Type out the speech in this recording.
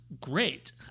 great